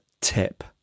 tip